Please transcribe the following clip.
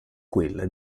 quella